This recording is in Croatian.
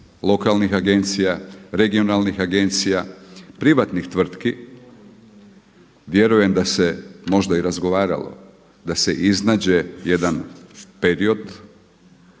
lokalnih agencija, regionalnih agencija, privatnih tvrtki, vjerujem da se možda i razgovaralo da se iznađe jedan period,